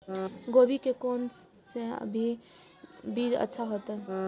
गोभी के कोन से अभी बीज अच्छा होते?